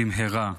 במהרה,